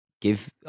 give